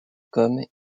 comme